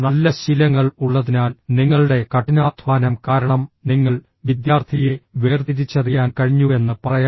നല്ല ശീലങ്ങൾ ഉള്ളതിനാൽ നിങ്ങളുടെ കഠിനാധ്വാനം കാരണം നിങ്ങൾ വിദ്യാർത്ഥിയെ വേർതിരിച്ചറിയാൻ കഴിഞ്ഞുവെന്ന് പറയാം